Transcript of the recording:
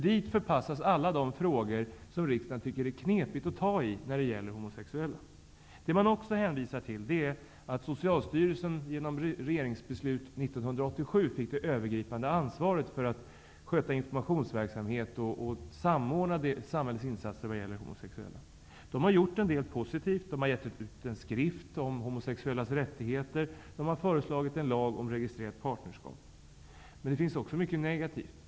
Dit förpassas alla de frågor om homosexuella som riksdagen tycker att det är knepigt att ta i. Man hänvisar också till att Socialstyrelsen, efter regeringsbeslut 1987, fick det övergripande ansvaret för att sköta informationsverksamhet och samordna samhällets insatser vad gäller homosexuella. Socialstyrelsen har gjort en del positiva saker, bl.a. givit ut en skrift om homosexuellas rättigheter och lagt förslag om en lag om registrerat partnerskap. Men det finns också mycket som är negativt.